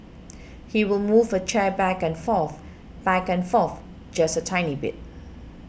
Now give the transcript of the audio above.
he will move a chair back and forth back and forth just a tiny bit